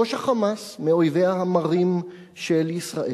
ראש ה"חמאס", מאויביה המרים של ישראל.